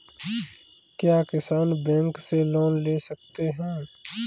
क्या किसान बैंक से लोन ले सकते हैं?